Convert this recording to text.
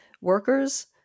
workers